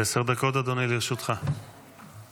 עד עשר דקות לרשותך, אדוני.